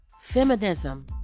Feminism